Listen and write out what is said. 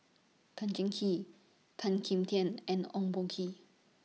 Tan Cheng Kee Tan Kim Tian and Ong Boh Kee